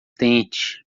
tente